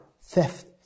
theft